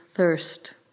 Thirst